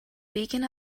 beacon